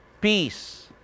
Peace